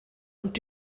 und